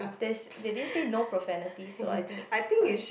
there's they didn't say no profanities so I think it's fine